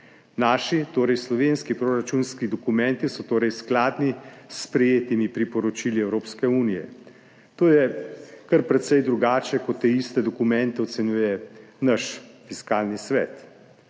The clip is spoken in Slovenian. Naši, torej slovenski, proračunski dokumenti so skladni s sprejetimi priporočili Evropske unije. To je kar precej drugače, kot te iste dokumente ocenjuje naš Fiskalni svet.